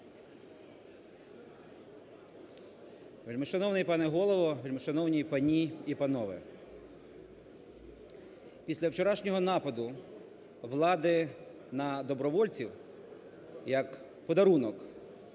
Вельмишановний пане Голово! Вельмишановні пані і панове! Після вчорашнього нападу влади на добровольців, як подарунок